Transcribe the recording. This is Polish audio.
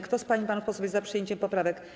Kto z pań i panów posłów jest za przyjęciem poprawek